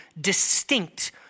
distinct